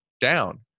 down